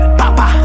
papa